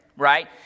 right